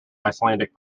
icelandic